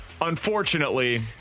Unfortunately